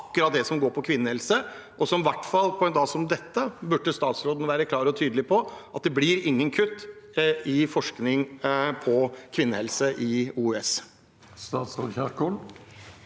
akkurat det som gjelder kvinnehelse? I hvert fall på en dag som dette burde statsråden være klar og tydelig på at det blir ingen kutt i forskning på kvinnehelse på OUS.